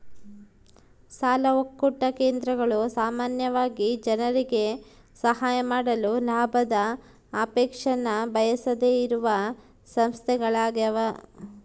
ಸಾಲ ಒಕ್ಕೂಟ ಕೇಂದ್ರಗಳು ಸಾಮಾನ್ಯವಾಗಿ ಜನರಿಗೆ ಸಹಾಯ ಮಾಡಲು ಲಾಭದ ಅಪೇಕ್ಷೆನ ಬಯಸದೆಯಿರುವ ಸಂಸ್ಥೆಗಳ್ಯಾಗವ